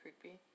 creepy